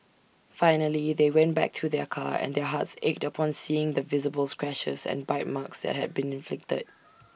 finally they went back to their car and their hearts ached upon seeing the visible scratches and bite marks that had been inflicted